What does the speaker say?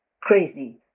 crazy